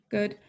Good